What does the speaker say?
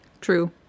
True